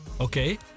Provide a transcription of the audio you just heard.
Okay